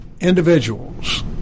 individuals